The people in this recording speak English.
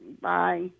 Bye